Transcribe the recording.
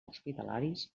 hospitalaris